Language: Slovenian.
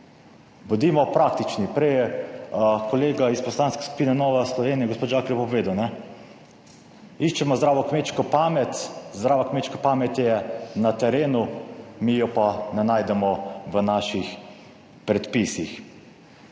Bodimo praktični. Prej je kolega iz Poslanske skupine Nova Slovenija, gospod Žakelj lepo povedal, iščemo zdravo kmečko pamet. Zdrava kmečka pamet je na terenu, mi jo pa ne najdemo v naših predpisih.